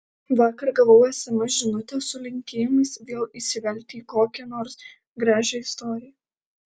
vakar gavau sms žinutę su linkėjimais vėl įsivelti į kokią nors gražią istoriją